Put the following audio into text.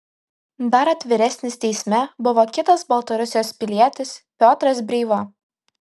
dar atviresnis teisme buvo kitas baltarusijos pilietis piotras breiva